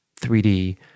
3D